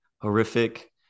horrific